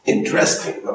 Interesting